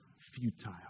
futile